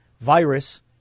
virus